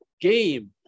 game